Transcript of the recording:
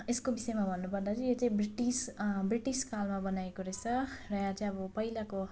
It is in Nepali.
यसको विषयमा भन्नु पर्दा चाहिँ यो चाहिँ ब्रिटिस ब्रिटिस कालमा बनाएको रहेछ र यहाँ चाहिँ पहिलाको